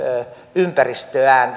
ympäristöään